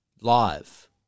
live